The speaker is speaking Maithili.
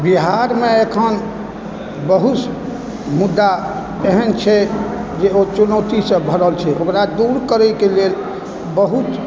बिहारमे एखन बहुत मुद्दा एहन छै जे ओ चुनौतीसँ भरल छै ओकरा दूर करै के लेल बहुत